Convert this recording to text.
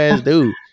dude